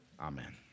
Amen